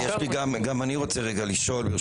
ברשותך, גם אני רוצה לשאול.